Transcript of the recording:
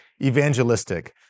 evangelistic